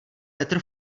petr